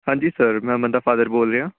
ਹਾਂਜੀ ਸਰ ਮੈਂ ਅਮਨ ਦਾ ਫਾਦਰ ਬੋਲ ਰਿਹਾ